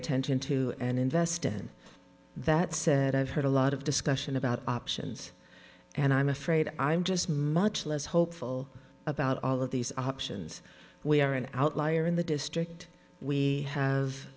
attention to and invest in that said i've heard a lot of discussion about options and i'm afraid i'm just much less hopeful about all of these options we are an outlier in the district we have